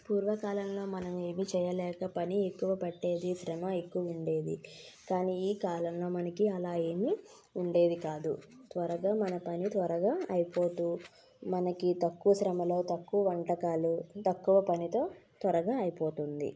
పూర్వకాలంలో మనం ఏదీ చెయ్యలేక పని ఎక్కువ పట్టేది శ్రమ ఎక్కువుండేది కానీ ఈ కాలంలో మనకి అలా ఏమీ ఉండేది కాదు త్వరగా మన పని త్వరగా అయిపోతూ మనకి తక్కువ శ్రమలో తక్కువ వంటకాలు తక్కువ పనితో త్వరగా అయిపోతుంది